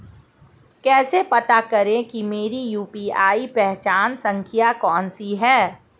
कैसे पता करें कि मेरी यू.पी.आई पहचान संख्या कौनसी है?